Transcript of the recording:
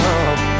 up